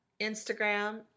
Instagram